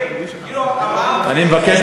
זה מקובל.